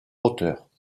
auteurs